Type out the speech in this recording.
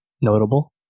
notable